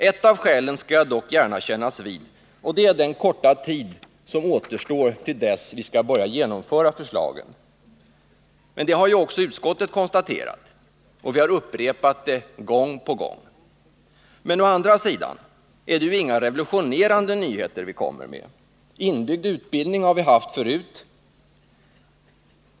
Ett av skälen skall jag dock gärna kännas vid, och det är den korta tid som återstår till dess vi skall börja genomföra förslagen. Utskottet har också konstaterat detta, vilket har upprepats gång på gång. Å andra sidan är det ju inga revolutionerande nyheter vi kommer med. Inbyggd utbildning har vi haft förut.